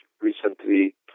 recently